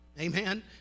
Amen